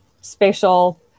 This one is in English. spatial